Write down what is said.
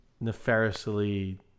nefariously